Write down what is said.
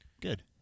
Good